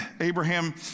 Abraham